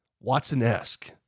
Watson-esque